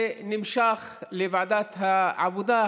וזה נמשך בוועדת העבודה,